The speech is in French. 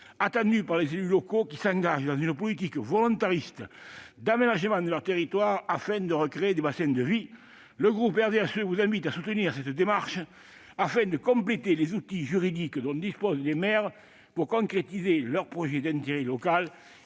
attendue par les élus locaux qui s'engagent dans une politique volontariste d'aménagement de leur territoire afin de recréer des bassins de vie. Le groupe du RDSE vous invite à soutenir cette démarche afin de compléter les outils juridiques dont disposent les maires pour concrétiser leurs projets d'intérêt local.